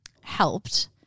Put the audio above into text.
helped